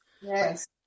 Yes